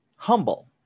Humble